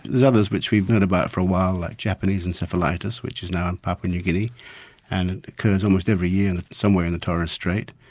there's others which we have known about for a while like japanese encephalitis, which is now in papua new guinea and it occurs almost every year somewhere in the torres strait,